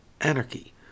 anarchy